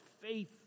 faith